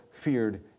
feared